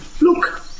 Look